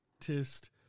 artist